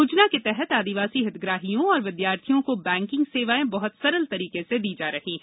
योजना के तहत आदिवासी हितग्राहियों और विद्यार्थियों को बैंकिंग सेवाएं बहुत सरल तरीके से दी जा रही है